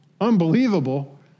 Unbelievable